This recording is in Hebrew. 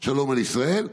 שלום על ישראל.